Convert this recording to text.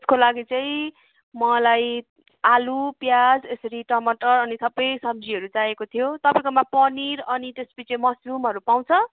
त्यसको लागि चाहिँ मलाई आलु प्याज यसरी टमाटर अनि सबै सब्जीहरू चाहिएको थियो तपाईँकोमा पनिर अनि त्यसपिछे मसरुमहरू पाउँछ